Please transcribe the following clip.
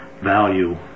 value